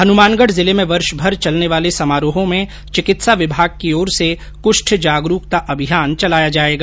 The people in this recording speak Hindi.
हनुमानगढ़ जिले में वर्षभर चलने वाले समारोहों में चिकित्सा विभाग को ओर से कुष्ठ जागरूकता अभियान चलाया जायेगा